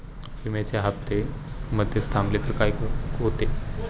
विम्याचे हफ्ते मधेच थांबवले तर काय होते?